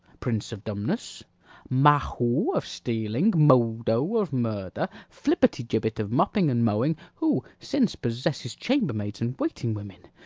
prince of dumbness mahu, of stealing modo, of murder flibbertigibbet, of mopping and mowing who since possesses chambermaids and waiting women.